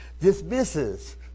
dismisses